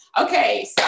okay